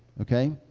okay